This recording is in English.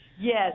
Yes